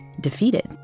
defeated